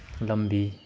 ꯂꯝꯕꯤ